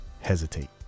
hesitate